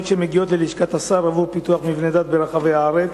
שמגיעות ללשכת השר עבור פיתוח מבני דת ברחבי הארץ,